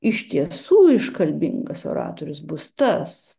iš tiesų iškalbingas oratorius bus tas